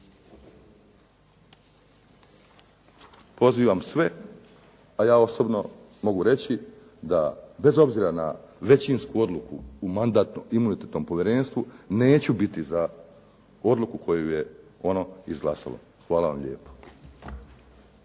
pozivam sve, a ja osobno mogu reći da bez obzira na većinsku odluku u Mandatno-imunitetnom povjerenstvu neću biti za odluku koju je ono izglasalo. Hvala vam lijepo.